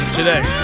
today